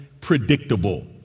predictable